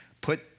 put